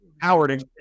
Howard